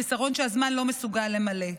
חיסרון שהזמן לא מסוגל למלא.